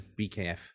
BKF